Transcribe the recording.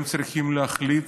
הם צריכים להחליט